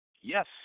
yes